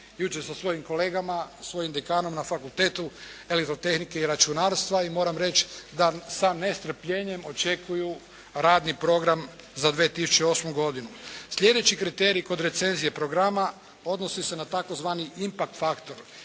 jučer sa svojim kolegama, svojim dekanom ne fakultetu Elektrotenike i računarstva i moram reći da s nestrpljenjem očekuju radni program za 2008. godinu. Slijedeći kriterij kod recenzije programa odnosi se na takozvani IMPAK faktor